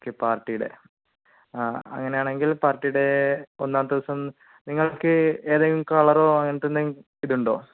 പാർട്ടിയുടെ ആ അങ്ങനെയാണെങ്കിൽ പാർട്ടിയുടെ ഒന്നാമത്തെ ദിവസം നിങ്ങൾക്ക് ഏതെങ്കിലും കളറോ അങ്ങനെത്തെയെന്തെങ്കിലും ഇതുണ്ടോ